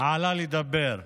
עלה לדבר.